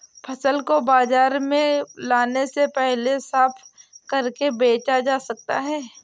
फसल को बाजार में लाने से पहले साफ करके बेचा जा सकता है?